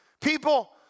People